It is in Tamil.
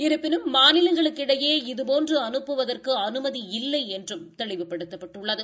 இருப்பினும் மாநிலங்களுக்கு இடையே இதுபோன்று அனுப்புவதற்கு அனுமதி இல்லை என்றும் தெளிவுபடுத்தப்பட்டுள்ளது